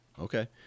Okay